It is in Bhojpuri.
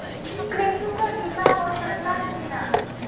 कृषि के बिमा हो सकला की ना?